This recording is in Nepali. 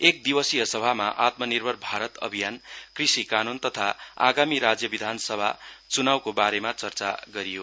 एक दिवसीय सभामा आत्मर्निभर भारत अभियान कृषि कानून तथा आगामी राज्य विधान सभा चुनाउको बारेमा चर्चा गरियो